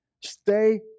Stay